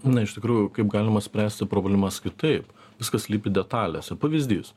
na iš tikrųjų kaip galima spręsti problemas kitaip viskas slypi detalėse pavyzdys